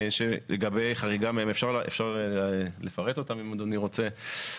שאפשר לפרט אותם אם אדוני רוצה.